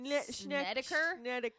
Snedeker